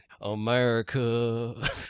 America